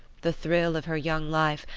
the thrill of her young life,